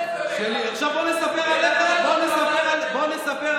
עכשיו בוא נספר עליך.